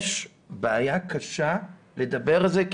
יש בעיה קשה לדבר על זה,